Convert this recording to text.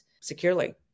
securely